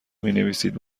مینویسید